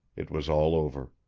it was all over.